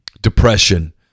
Depression